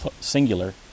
singular